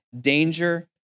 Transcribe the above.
danger